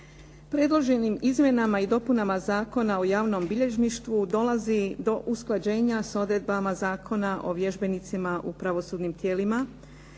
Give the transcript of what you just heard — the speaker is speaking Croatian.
Predloženim Izmjenama i dopunama Zakona o javnom bilježništvu dolazi do usklađenja sa odredbama Zakona o vježbenicima u pravosudnim tijelima